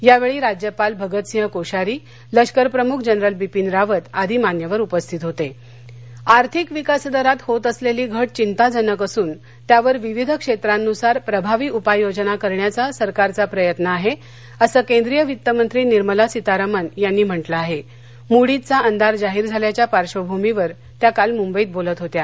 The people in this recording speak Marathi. यावछी राज्यपाल भगतसिंह कोशारी लष्कर प्रमुख जनरल बिपीन रावत आदी मान्यवर उपस्थित होत निर्मला सीतारामन आर्थिक विकासदरात होत असलली घट चिंताजनक असून त्यावर विविध क्षष्मि्सार प्रभावी उपाययोजना करण्याचा सरकारचा प्रयत्न आह अस केंद्रीय वित्तमंत्री निर्मला सीतारामन यांनी म्हटलं आह मुडीजचा अंदाज जाहीर झाल्याच्या पार्श्वभूमीवर त्या काल मुंबईत बोलत होत्या